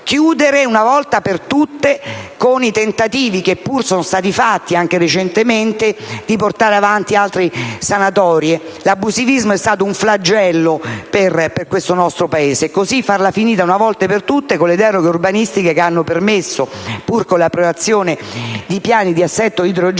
chiudere una volta per tutte con i tentativi, che pure sono stati fatti anche recentemente, di portare avanti altre sanatorie. L'abusivismo è stato un flagello per questo nostro Paese. È necessario farla finita una volta per tutte con le deroghe urbanistiche, che hanno permesso, pur con l'approvazione di piani di assetto idrogeologico,